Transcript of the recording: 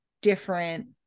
different